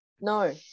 no